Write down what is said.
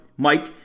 Mike